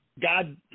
God